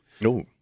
No